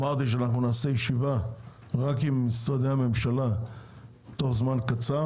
אמרתי שנעשה ישיבה רק עם משרדי הממשלה בתוך זמן קצר,